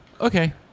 Okay